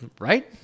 Right